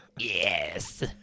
Yes